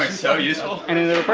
so useful and